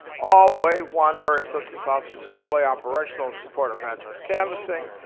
all wave one area census offices are fully operational in support of address canvassing.